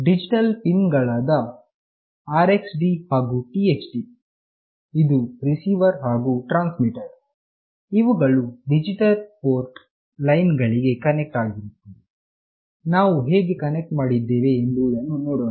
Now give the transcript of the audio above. digital pin ಗಳಾದ RXD ಹಾಗು TXD ಇದು ರಿಸೀವರ್ ಹಾಗು ಟ್ರಾನ್ಸ್ ಮಿಟರ್ ಇವುಗಳು ಡಿಜಿಟಲ್ ಪೋರ್ಟ್ ಲೈನ್ ಗಳಿಗೆ ಕನೆಕ್ಟ್ ಆಗಿರುತ್ತದೆ ನಾವು ಹೇಗೆ ಕನೆಕ್ಟ್ ಮಾಡಿದ್ದೇವೆ ಎಂಬುದನ್ನು ನೋಡೋಣ